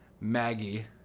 Maggie